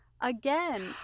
again